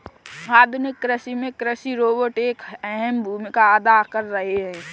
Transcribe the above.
आधुनिक कृषि में कृषि रोबोट एक अहम भूमिका अदा कर रहे हैं